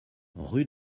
rue